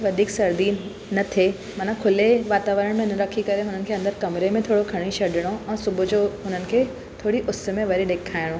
वधीक सर्दी न थिए माना खुले वातावरण में न रखी करे हुननि खे अंदरु कमरे में थोरो खणी छॾणो ऐं सुबुह जो हुननि खे थोरी उस में वरी ॾेखारिणो